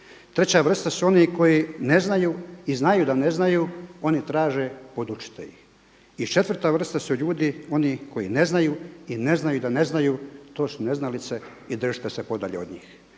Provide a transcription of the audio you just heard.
Treća vrsta su oni koji ne znaju i znaju da ne znaju, oni traže podučite ih. I četvrta vrsta su ljudi oni koji ne znaju i ne znaju da ne znaju, to su neznalice i držite se podalje od njih.“